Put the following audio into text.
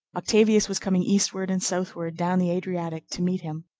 octavius was coming eastward and southward down the adriatic to meet him.